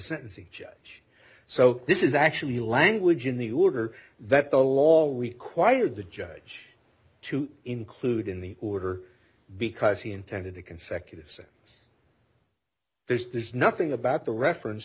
sentencing judge so this is actually language in the order that the law required the judge to include in the order because he intended to consecutive there's there's nothing about the reference